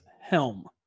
Helm